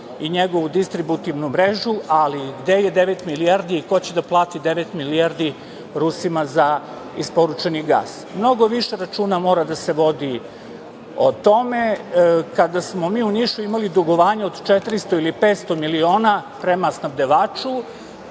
i njegovu distributivnu mrežu, ali gde je devet milijardi i ko će da plati devet milijardi Rusima za isporučeni gas? Mnogo više računa mora da se vodi o tome. Kada smo mi u Nišu imali dugovanje od 400 ili 500 miliona prema snabdevaču